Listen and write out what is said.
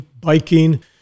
biking